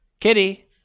Kitty